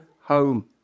home